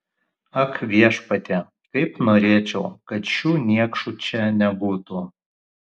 ak viešpatie kaip norėčiau kad šių niekšų čia nebūtų